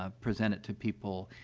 ah present it to people,